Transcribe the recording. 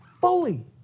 fully